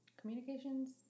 communication's